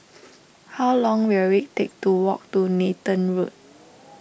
how long will it take to walk to Nathan Road